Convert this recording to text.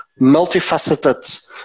multifaceted